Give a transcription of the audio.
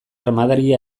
armadari